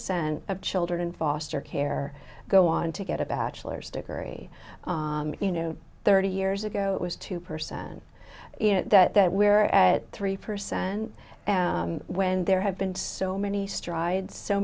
cent of children in foster care go on to get a bachelor's degree you know thirty years ago it was two percent in that that where at three percent when there have been so many strides so